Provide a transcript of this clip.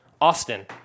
Austin